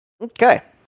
Okay